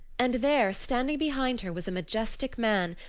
and there standing behind her was a majestic man,